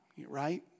right